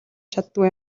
чаддаггүй